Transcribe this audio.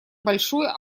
большой